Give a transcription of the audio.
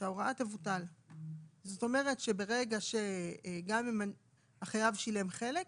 זאת אומרת שגם אם החייב שילם חלק,